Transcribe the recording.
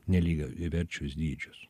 nelygiaverčius dydžius